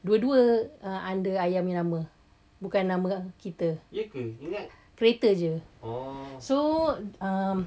dua-dua uh under ayah punya nama bukan nama kita kereta jer so um